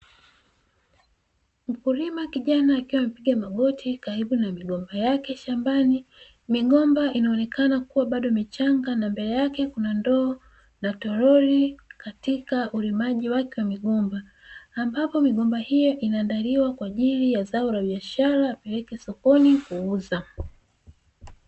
Mkulima kijana akiwa amepiga magoti karibu ma migomba yake shambani, migomba inaoneka kuwa bado ni michanga na mbele yake kuna ndoo na toroli katika ulimaji wake wa migomba, ambapo migomba hiyo inaandaliwa kwa ajili ya zao la biashara ipelekwe sokoni kuuza.